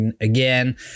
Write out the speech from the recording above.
again